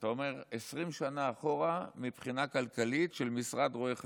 אתה אומר: 20 שנה אחורה מבחינה כלכלית של משרד רואי חשבון,